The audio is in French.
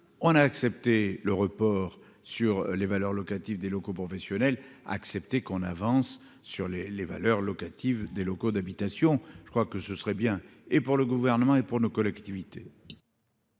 on a accepté le report sur les valeurs locatives des locaux professionnels accepter qu'on avance sur les les valeurs locatives des locaux d'habitation, je crois que ce serait bien et pour le gouvernement et pour nos collectivités.